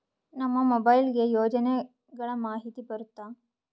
ನಮ್ ಮೊಬೈಲ್ ಗೆ ಯೋಜನೆ ಗಳಮಾಹಿತಿ ಬರುತ್ತ?